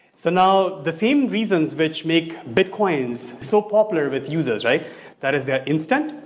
so now, the same reasons which make bit coins so popular with users right? that is the instant,